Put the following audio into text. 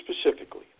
specifically